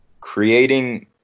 creating